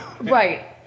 Right